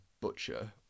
butcher